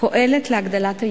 פועלת להגדלת היבולים,